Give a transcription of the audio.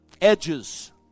edges